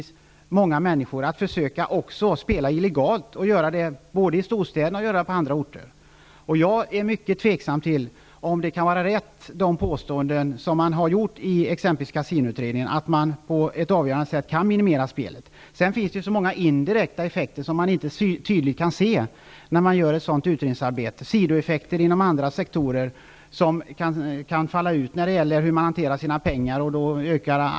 Så blir det om man säger att det inte är några problem med denna spelform utan att den snarare undanröjer problem. Jag är mycket tveksam till om det kan vara rätt, som det påstås i exempelvis kasinoutredningen, att man på ett avgörande sätt kan minimera spelet. Det finns också många indirekta effekter, som man inte kan se tydligt när man gör ett utredningsarbete av detta slag. Det blir sidoeffekter inom andra sektor när människor hanterar sina pengar på detta sätt.